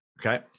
Okay